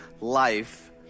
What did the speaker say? life